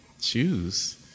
choose